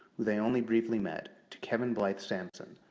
who they only briefly met, to kevin blythe sampson,